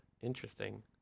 Interesting